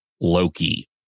Loki